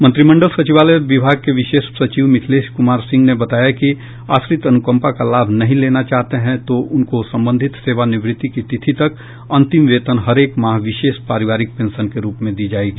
मंत्रिमंडल सचिवालय विभाग के विशेष सचिव मिथिलेश कुमार सिंह ने बताया कि आश्रित अनुकम्पा का लाभ नहीं लेना चाहते हैं तो उनको संबंधित सेवानिवृति की तिथि तक अंतिम वेतन हरेक माह विशेष पारिवारिक पेंशन के रूप में दी जाएगी